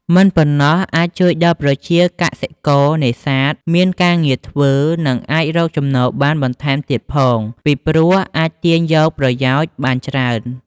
មិនប៉ុណ្ណោះអាចជួយដល់ប្រជាកសិករនេសាទមានការងារធ្វើ និងអាចរកចំណូលបានបន្ថែមទៀតផងពីព្រោះអាចទាញយកប្រយោជន៍បានច្រើន។